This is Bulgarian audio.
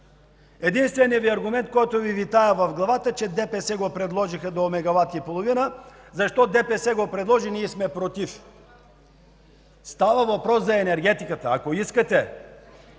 Единственият аргумент, който Ви витае в главата, е, че ДПС предложиха до 1,5 мегавата – защото ДПС го предложи, ние сме „против”! Става въпрос за енергетиката. Ако искате